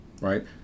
right